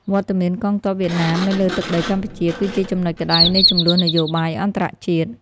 វត្តមានកងទ័ពវៀតណាមនៅលើទឹកដីកម្ពុជា គឺជាចំណុចក្តៅនៃជម្លោះនយោបាយអន្តរជាតិ។